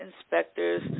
inspectors